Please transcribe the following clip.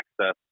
access